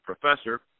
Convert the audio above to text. professor